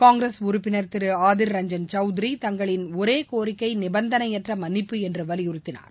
காங்கிரஸ் உறுப்பினர் திரு ஆதிர் ரஞ்சன் சவுத்தரி தங்களின் ஒரே கோரிக்கை நிபந்தனையற்ற மன்னிப்பு என்று வலியுறுத்தினார்